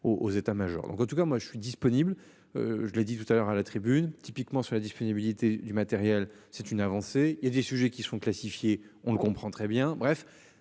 aux états majors. Donc en tout cas moi je suis disponible. Je l'ai dit tout à l'heure à la tribune typiquement sur la disponibilité du matériel, c'est une avancée il y a des sujets qui sont classifiés. On le comprend très bien. Bref.